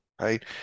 right